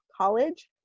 college